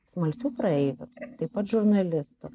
smalsių praeivių taip pat žurnalistų